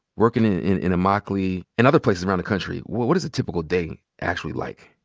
workin' in in immokalee and other places around the country, what what is a typical day actually like?